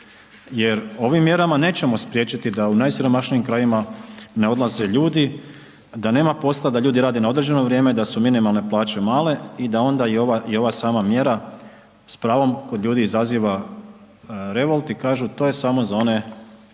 jer ovim mjerama nećemo spriječiti da u najsiromašnijim krajevima ne odlaze ljudi, da nema posla, da ljudi rade na određeno vrijeme da su minimalne plaće male i da onda i ova sama mjera s pravom kod ljudi izaziva revolt i kažu to je samo za one bogatije.